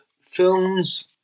films